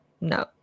no